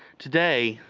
today,